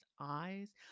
eyes